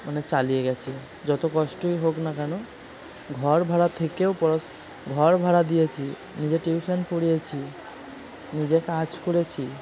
মানে চালিয়ে গিয়েছি যতো কষ্টই হোক না কেন ঘর ভাড়া থেকেও পড়া ঘর ভাড়া দিয়েছি নিজে টিউশন পড়িয়েছি নিজে কাজ করেছি